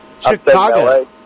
Chicago